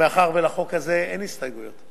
מאחר שלחוק הזה אין הסתייגויות,